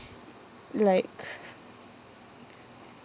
like